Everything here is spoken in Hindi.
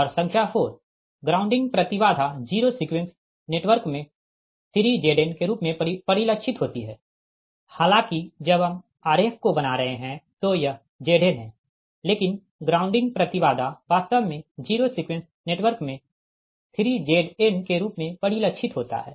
और संख्या 4 ग्राउंडिंग प्रति बाधा जीरो सीक्वेंस नेटवर्क में 3 Zn के रूप में परिलक्षित होती है हालाँकि जब हम आरेख को बना रहे है तो यह Zn है लेकिन ग्राउंडिंग प्रति बाधा वास्तव में जीरो सीक्वेंस नेटवर्क में 3 Zn के रूप में परिलक्षित होता है